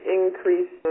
increase